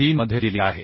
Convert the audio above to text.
3 मध्ये दिली आहे